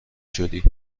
شدی